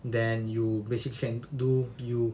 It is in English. then you basically can do you